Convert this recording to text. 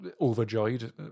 overjoyed